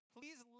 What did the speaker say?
Please